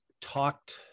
talked